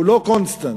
הנתון